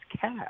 cash